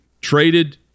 traded